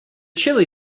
chilli